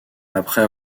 après